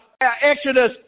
Exodus